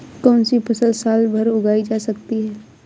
कौनसी फसल साल भर उगाई जा सकती है?